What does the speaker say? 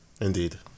Indeed